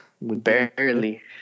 Barely